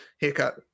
Haircut